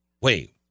Wait